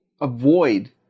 avoid